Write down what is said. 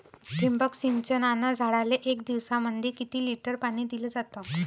ठिबक सिंचनानं झाडाले एक दिवसामंदी किती लिटर पाणी दिलं जातं?